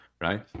right